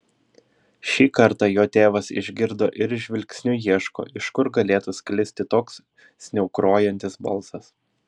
šį kartą jo tėvas išgirdo ir žvilgsniu ieško iš kur galėtų sklisti toks sniaukrojantis balsas